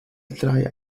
drei